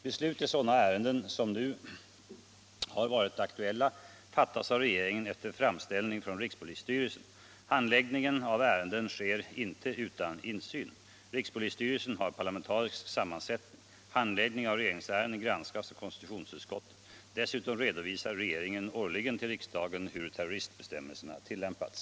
Beslut i sådana ärenden som nu har varit aktuella fattas av regeringen efter framställning från rikspolisstyrelsen. Handläggningen av ärendena sker inte utan insyn. Rikspolisstyrelsen har parlamentarisk sammansättning. Handläggningen av regeringsärenden granskas av konstitutionsutskottet. Dessutom redovisar regeringen årligen till riksdagen hur terroristbestämmelserna har tillämpats.